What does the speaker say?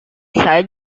saya